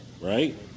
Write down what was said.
right